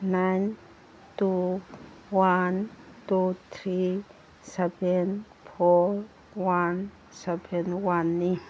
nine two one two three seven four one seven ꯋꯥꯟꯅꯤ